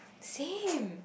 same